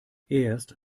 erst